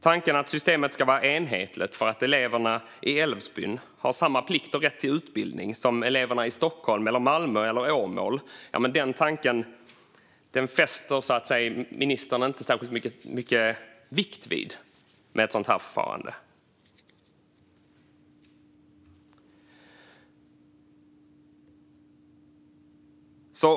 Tanken att systemet ska vara enhetligt därför att eleverna i Älvsbyn har samma plikt och rätt att utbilda sig som eleverna i Stockholm eller Malmö eller Åmål fäster ministern inte särskilt mycket vikt vid med ett sådant här förfarande.